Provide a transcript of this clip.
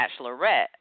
bachelorette